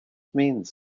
means